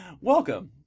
Welcome